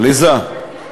עליזה,